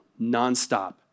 nonstop